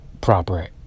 proper